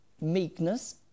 meekness